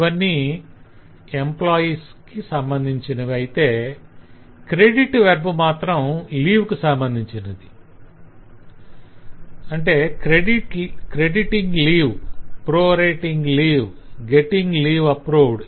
ఇవన్నీ 'employee' కి సంబంధించినవి అయితే 'credit' వెర్బ్ మాత్రం 'leave' కు సంబంధించినది 'crediting leave' 'prorating leave' 'getting leave approved'